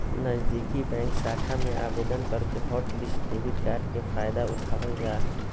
नजीदीकि बैंक शाखा में आवेदन करके हॉटलिस्ट डेबिट कार्ड के फायदा उठाबल जा हय